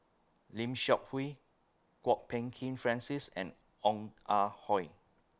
Lim Seok Hui Kwok Peng Kin Francis and Ong Ah Hoi